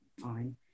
fine